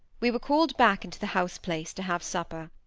we were called back into the house-place to have supper.